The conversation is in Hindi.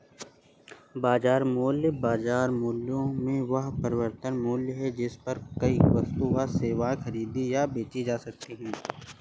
बाजार मूल्य, बाजार मूल्य में वह वर्तमान मूल्य है जिस पर कोई वस्तु या सेवा खरीदी या बेची जा सकती है